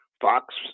Fox